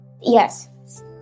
Yes